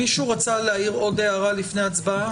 מישהו רצה להעיר עוד הערה לפני ההצבעה?